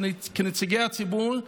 כנציגי הציבור,